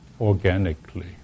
organically